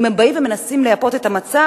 אם הם באים ומנסים לייפות את המצב,